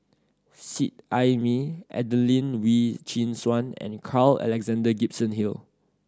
Seet Ai Mee Adelene Wee Chin Suan and Carl Alexander Gibson Hill